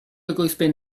ekoizpen